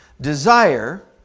Desire